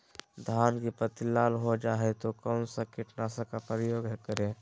धान की पत्ती लाल हो गए तो कौन सा कीटनाशक का प्रयोग करें?